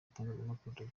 itangazamakuru